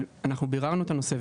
אבל אנחנו ביררנו את הנושא,